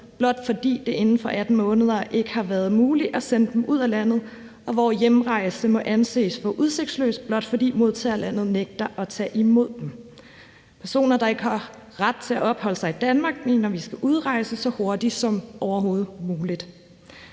blot fordi det inden for 18 måneder ikke har været muligt at sende dem ud af landet, og hvor hjemrejsen må anses for udsigtsløs, blot fordi modtagerlandet nægter at tage imod dem. Personer, der ikke ret til at opholde sig i Danmark, mener vi skal udrejse så hurtigt som overhovedet muligt.